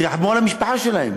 תרחמו על המשפחה שלהם.